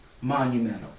monumental